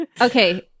Okay